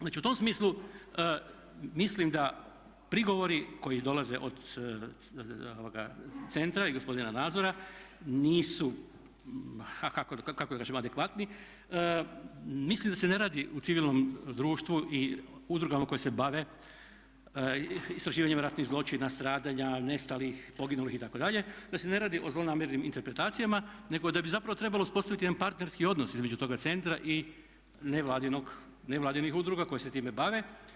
Znači u tom smislu mislim da prigovori koji dolaze od centra i gospodina Nazora nisu a kako da kažem adekvatni, mislim da se ne radi u civilnom društvu i udrugama koje se bave istraživanjem ratnih zločina, stradanja, nestalih, poginulih itd. da se ne radi o zlonamjernim interpretacijama nego da bi zapravo trebalo uspostaviti jedan partnerski odnos između toga centra i nevladinih udruga koje se time bave.